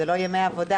אלה לא ימי עבודה,